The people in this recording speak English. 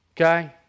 Okay